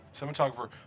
cinematographer